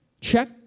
Check